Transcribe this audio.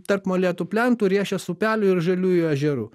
tarp molėtų plento riešės upelių ir žaliųjų ežerų